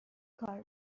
کار